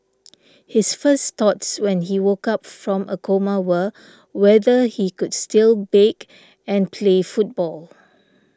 his first thoughts when he woke up from a coma were whether he could still bake and play football